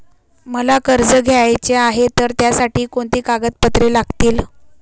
मला कर्ज घ्यायचे आहे तर त्यासाठी कोणती कागदपत्रे लागतील?